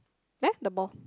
there the ball